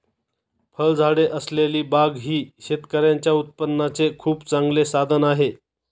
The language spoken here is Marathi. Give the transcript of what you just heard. फळझाडे असलेली बाग ही शेतकऱ्यांच्या उत्पन्नाचे खूप चांगले साधन आहे